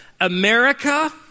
America